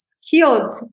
skilled